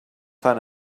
fan